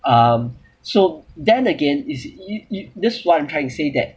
um so then again is this is what I'm trying to say that